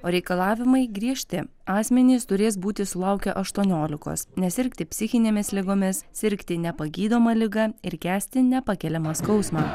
o reikalavimai griežti asmenys turės būti sulaukę aštuoniolikos nesirgti psichinėmis ligomis sirgti nepagydoma liga ir kęsti nepakeliamą skausmą